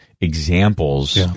examples